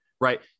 right